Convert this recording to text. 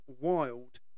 Wild